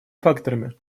факторами